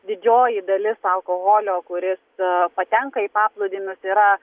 didžioji dalis alkoholio kuris patenka į paplūdimius yra